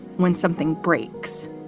when something breaks,